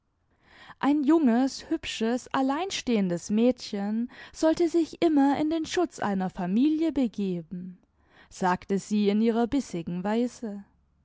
ein junges hübsches alleinstehendes mädchen sollte sich immer in den schutz einer familie begeben sagte sie in ihrer bissigen weise